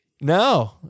No